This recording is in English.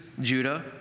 Judah